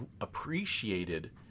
appreciated